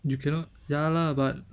you cannot ya lah but